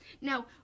Now